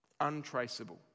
untraceable